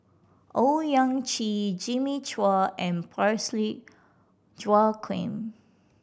Owyang Chi Jimmy Chua and Parsick Joaquim